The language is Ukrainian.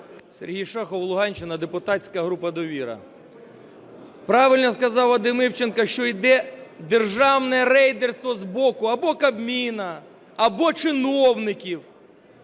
Сергій Шахов, Луганщина, депутатська група "Довіра". Правильно сказав Вадим Івченко, що йде державне рейдерство з боку або Кабміну, або чиновників.